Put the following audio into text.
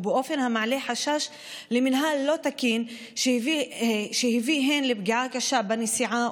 ובאופן המעלה חשש למינהל לא תקין שהביא לפגיעה קשה בנסיעה,